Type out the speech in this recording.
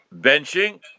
benching